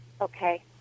Okay